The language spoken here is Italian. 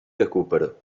recupero